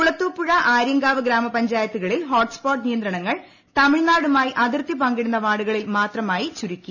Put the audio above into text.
കുളത്തൂപ്പുഴ ആര്യങ്കാവ് ഗ്രാമപഞ്ചായത്തുകളിൽ ഹോട്ട്സ്പോട്ട് നിയന്ത്രണങ്ങൾ തമിഴ്നാടുമായി അതിർത്തി പങ്കിടുന്ന വാർഡുകളിൽ മാത്രമായി ചുരുക്കി